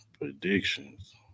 predictions